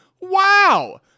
Wow